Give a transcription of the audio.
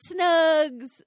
snugs